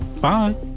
Bye